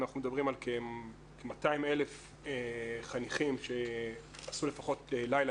אנחנו מדברים על כ-200,000 חניכים שעשו לפחות לילה